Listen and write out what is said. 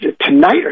tonight